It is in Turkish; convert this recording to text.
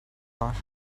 var